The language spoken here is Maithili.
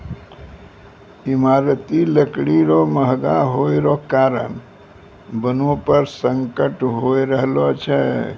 ईमारती लकड़ी रो महगा होय रो कारण वनो पर संकट होय रहलो छै